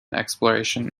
exploration